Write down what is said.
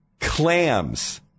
Clams